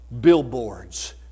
billboards